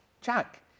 Jack